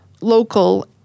local